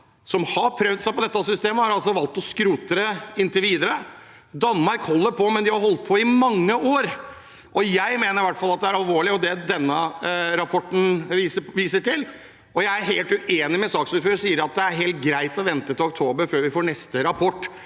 som har prøvd seg på dette systemet, har valgt å skrote det inntil videre. Danmark holder på, men de har holdt på i mange år. Jeg mener i hvert fall at det denne rapporten viser til, er alvorlig. Jeg er helt uenig med saksordføreren, som sier at det er helt greit å vente til oktober før vi får neste rapport.